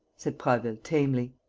said prasville, tamely.